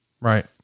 Right